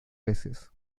veces